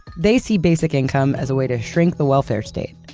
they see basic income as a way to shrink the welfare state.